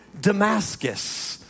Damascus